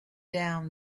down